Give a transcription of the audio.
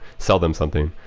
sell them something.